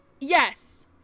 yes